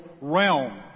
realm